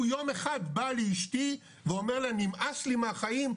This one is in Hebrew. הוא יום אחד בא לאשתי ואומר לה נמאס לי מהחיים,